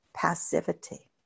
passivity